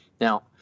Now